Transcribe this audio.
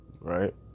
right